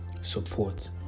support